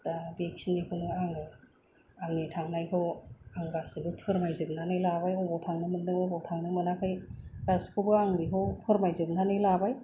दा बेखिनिखौनो आङो आंनि थांनायखौ आं गासिबो फोरमायजोबनानै लाबाय अबाव थांनो मोनदों अबाव थांनो मोनाखै गासैखौबो आं बेखौ फोरमायजोबनानै लाबाय